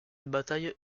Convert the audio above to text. bataille